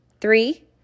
Three